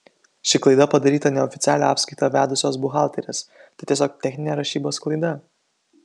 ši klaida padaryta neoficialią apskaitą vedusios buhalterės tai tiesiog techninė rašybos klaida